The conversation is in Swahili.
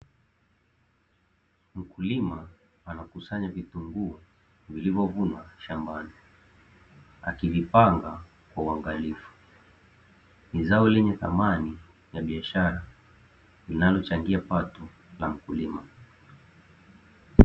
Mkulima anakusanya vitunguu vilivyovunwa shambani, akivipanga kwa uangalifu. Ni zao lenye thamani na biashara, linalochangia pato la mkulima.